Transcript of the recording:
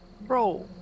Bro